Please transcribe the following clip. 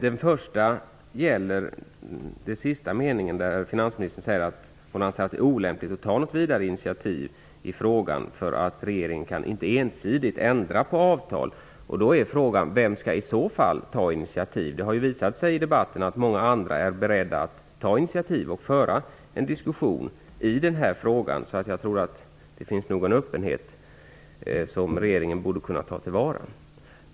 Den första gäller sista meningen i svaret, där finansministern säger att det är olämpligt att ta något vidare initiativ i frågan, eftersom regeringen inte ensidigt kan ändra på avtal. Då är frågan vem som i så fall skall ta initiativ. Det har i debatten visat sig att många andra är beredda att ta initiativ och att föra en diskussion i den här frågan. Jag tror alltså att det finns en öppenhet, som regeringen borde kunna ta till vara.